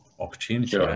Opportunity